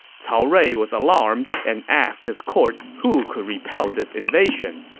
cao rui was alarmed and asked his court who could repel this invasion.